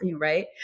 right